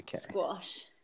squash